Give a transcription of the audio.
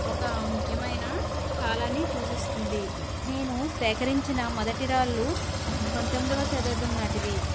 ఒక ముఖ్యమైన కాలాన్ని సూచిస్తుంది నేను సేకరించిన మొదటి రాళ్ళు పంతొమ్మిదవ శతాబ్దం నాటివి